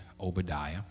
Obadiah